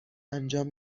انجام